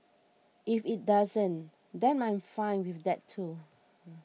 if it doesn't then I'm fine with that too